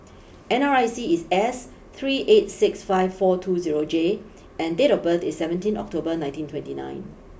N R I C is S three eight six five four two zero J and date of birth is seventeen October nineteen twenty nine